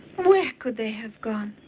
where could they have gone?